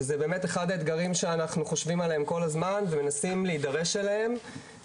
וזה באמת אחד האתגרים שאנחנו חושבים עליהם כל הזמן ומנסים להידרש אליהם.